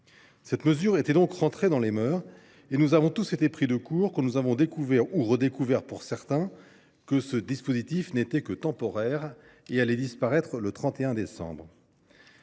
Cette mesure était donc entrée dans les mœurs, et nous avons tous été pris de court quand nous avons découvert, ou redécouvert pour certains, que ce dispositif n’était que temporaire et allait disparaître le 31 décembre